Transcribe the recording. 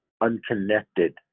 unconnected